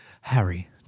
Harry